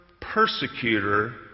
persecutor